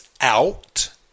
out